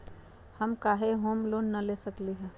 हम काहे home loan न ले सकली ह?